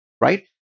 right